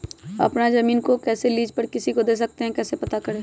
अपना जमीन को कैसे लीज पर किसी को दे सकते है कैसे पता करें?